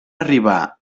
arribar